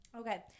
Okay